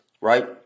right